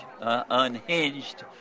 unhinged